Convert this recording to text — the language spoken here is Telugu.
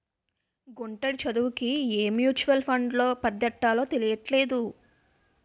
గుంటడి చదువుకి ఏ మ్యూచువల్ ఫండ్లో పద్దెట్టాలో తెలీట్లేదు